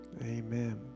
Amen